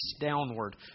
downward